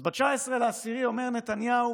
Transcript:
אז ב-19 באוקטובר אומר נתניהו